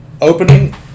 opening